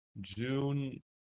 June